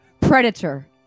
Predator